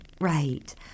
right